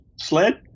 sled